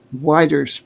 wider